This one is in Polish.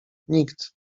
nikt